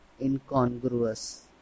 incongruous